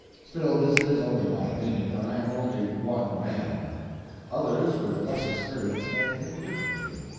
still, this is only my opinion, and i am only one man others, with less experience, may think differently.